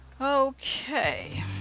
Okay